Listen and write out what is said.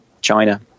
China